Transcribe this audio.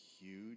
huge